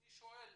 אני שואל